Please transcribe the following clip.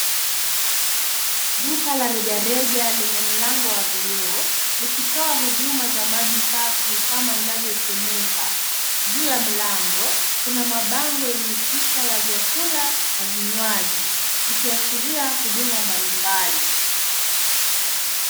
Duka la rejareja lenye mlango wa vioo likitoa huduma za maji safi kama inavyosemeka. Juu ya mlango kuna mabango yenye picha ya vyakula na vinywaji vikiashiria huduma mbalimbali.